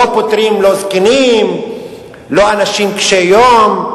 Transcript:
לא פוטרים, לא אנשים, אנשים קשי-יום,